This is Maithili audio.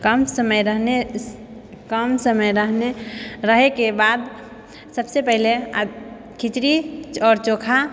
कम समय रहने कम समय रहने रहैके बाद सबसँ पहिले खिचड़ी आओर चोखा